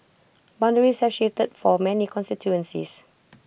boundaries have shifted for many constituencies